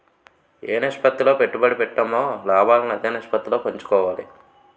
ఏ నిష్పత్తిలో పెట్టుబడి పెట్టామో లాభాలను అదే నిష్పత్తిలో పంచుకోవాలి